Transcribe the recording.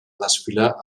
desfilar